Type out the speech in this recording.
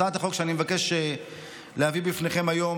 הצעת החוק שאני מבקש להביא בפניכם היום